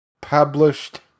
published